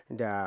da